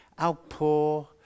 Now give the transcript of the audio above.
Outpour